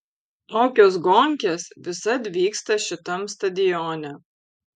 tokios gonkės visad vyksta šitam stadione